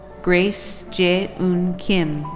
grace jea eun kim.